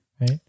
right